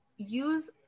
Use